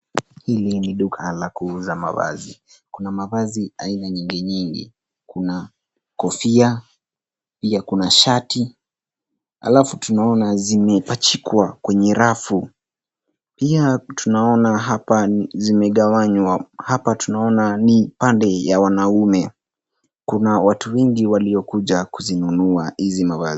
Hili ni duka la kuuza mavazi. Kuna mavazi aina nyingi nyingi. Kuna kofia, pia kuna shati, alafu tunaona zimepachikwa kwenye rafu. Pia, tunaona hapa zimegawanywa. Hapa tunaona ni pande ya wanaume. Kuna watu wengi waliokuja kuzinunua hizi mavazi.